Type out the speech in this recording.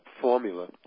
formula